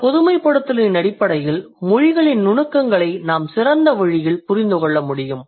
இந்தப் பொதுமைப்படுத்தலின் அடிப்படையில் மொழிகளின் நுணுக்கங்களை நாம் சிறந்த வழியில் புரிந்து கொள்ள முடியும்